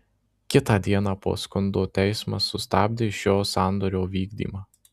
kitą dieną po skundo teismas sustabdė šio sandorio vykdymą